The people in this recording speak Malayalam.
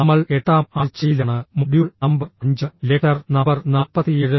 നമ്മൾ എട്ടാം ആഴ്ചയിലാണ് മൊഡ്യൂൾ നമ്പർ 5 ലെക്ചർ നമ്പർ 47